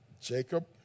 Jacob